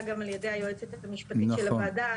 גם על ידי היועצת המשפטית של הוועדה,